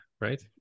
Right